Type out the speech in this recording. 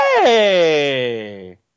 Hey